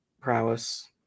prowess